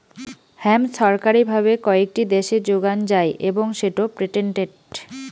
hemp ছরকারি ভাবে কয়েকটি দ্যাশে যোগান যাই এবং সেটো পেটেন্টেড